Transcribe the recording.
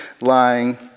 lying